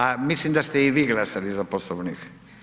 A mislim da ste i vi glasali za Poslovnik.